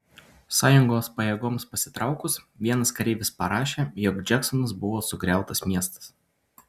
sąjungos pajėgoms pasitraukus vienas kareivis parašė jog džeksonas buvo sugriautas miestas